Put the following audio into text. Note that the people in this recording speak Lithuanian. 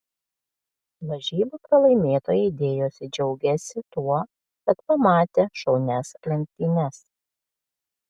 lažybų pralaimėtojai dėjosi džiaugiąsi tuo kad pamatė šaunias lenktynes